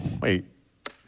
Wait